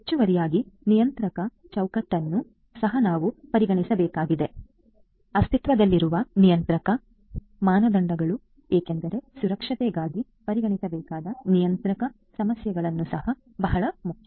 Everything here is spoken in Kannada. ಹೆಚ್ಚುವರಿಯಾಗಿ ನಿಯಂತ್ರಕ ಚೌಕಟ್ಟನ್ನು ಸಹ ನಾವು ಪರಿಗಣಿಸಬೇಕಾಗಿದೆ ಅಸ್ತಿತ್ವದಲ್ಲಿರುವ ನಿಯಂತ್ರಕ ಮಾನದಂಡಗಳು ಏಕೆಂದರೆ ಸುರಕ್ಷತೆಗಾಗಿ ಪರಿಗಣಿಸಬೇಕಾದ ನಿಯಂತ್ರಕ ಸಮಸ್ಯೆಗಳು ಸಹ ಬಹಳ ಮುಖ್ಯ